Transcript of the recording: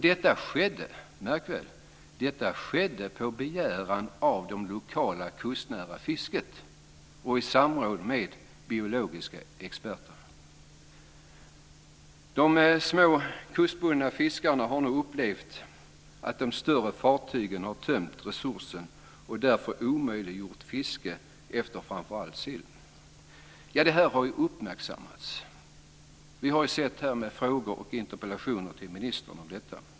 Detta skedde, märk väl, på begäran av det lokala kustnära fisket och i samråd med biologiska experter. De små kustbundna fiskarna har nu upplevt att de större fartygen har uttömt resurserna och därför omöjliggjort fiske framför allt av sill. Det här har uppmärksammats. Vi har ju sett frågor och interpellationer till ministern om detta.